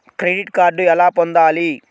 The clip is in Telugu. క్రెడిట్ కార్డు ఎలా పొందాలి?